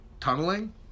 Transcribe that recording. Tunneling